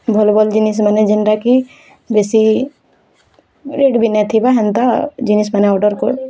ଭଲ ଭଲ୍ ଜିନିଷ୍ମାନେ ଯେଣ୍ଟାକି ବେଶୀ ରେଟ୍ ବି ନାଇଥିବା ହେନ୍ତା ଜିନିଷ୍ ମାନେ ଅର୍ଡ଼ର୍ କର୍